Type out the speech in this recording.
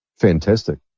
fantastic